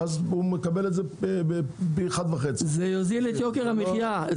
הוא מקבל את זה בפי 1.5. זה יוזיל את יוקר המחיה.